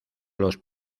los